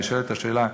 נשאלת השאלה: